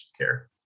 care